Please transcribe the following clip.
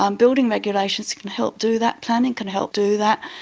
um building regulations can help do that, planning can help do that,